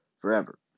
forever